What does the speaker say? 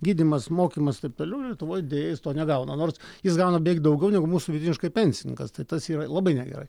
gydymas mokymas taip toliau lietuvoje deja jis to negauna nors jis gauna beveik daugiau negu mūsų vidutiniškai pensininkas tai tas yra labai negerai